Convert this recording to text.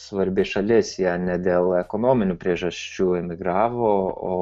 svarbi šalis jie ne dėl ekonominių priežasčių emigravo o